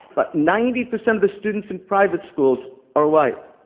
but ninety percent of the students in private schools are white.